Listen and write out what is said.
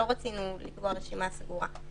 לא רצינו לקבוע רשימה סגורה.